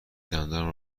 دندانم